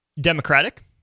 democratic